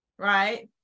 right